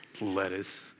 Lettuce